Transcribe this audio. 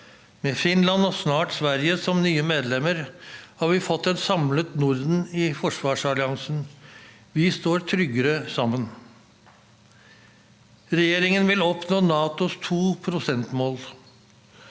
Med Finland, og snart Sverige, som nye medlemmer har vi fått et samlet Norden i forsvarsalliansen. Vi står tryggere sammen. Regjeringen vil oppnå NATOs 2-prosentmål.